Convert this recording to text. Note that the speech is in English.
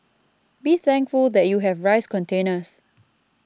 be thankful that you have rice containers